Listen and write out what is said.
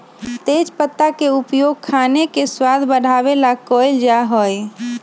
तेजपत्ता के उपयोग खाने के स्वाद बढ़ावे ला कइल जा हई